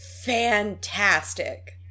fantastic